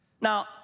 Now